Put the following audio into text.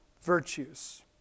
virtues